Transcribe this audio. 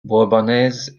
bourbonnaise